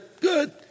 good